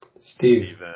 Steve